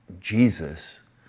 Jesus